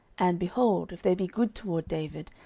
and, behold, if there be good toward david,